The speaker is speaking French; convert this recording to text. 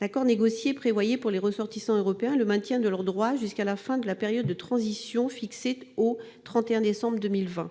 L'accord négocié prévoyait le maintien des droits des ressortissants européens jusqu'à la fin de la période de transition, fixée au 31 décembre 2020.